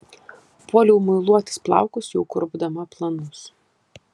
puoliau muiluotis plaukus jau kurpdama planus